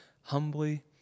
humbly